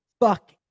Fuck